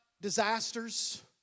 disasters